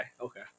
Okay